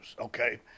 Okay